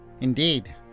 Indeed